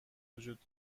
وجود